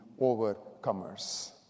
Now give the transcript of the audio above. overcomers